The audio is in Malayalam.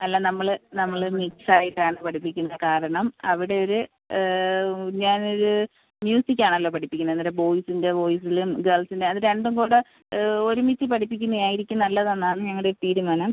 അല്ല നമ്മൾ നമ്മൾ മിക്സ് ആയിട്ടാണ് പഠിപ്പിക്കുന്നത് കാരണം അവിടെ ഒരു ഞാൻ ഒരു മ്യൂസിക് ആണല്ലോ പഠിപ്പിക്കുന്നത് അന്നേരം ബോയ്സിൻ്റെ വോയിസിലും ഗേൾസിൻ്റെ അത് രണ്ടും കൂടെ ഒരുമിച്ച് പഠിപ്പിക്കുന്നതായിരിക്കും നല്ലതെന്നാണ് ഞങ്ങളുടെ ഒരു തീരുമാനം